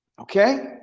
Okay